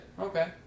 Okay